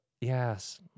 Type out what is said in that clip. Yes